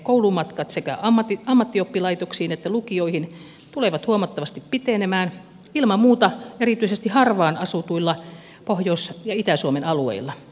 koulumatkat sekä ammattioppilaitoksiin että lukioihin tulevat huomattavasti pitenemään ilman muuta erityisesti harvaan asutuilla pohjois ja itä suomen alueilla